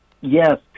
yes